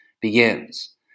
begins